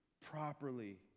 properly